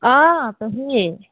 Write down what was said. অঁ পেহী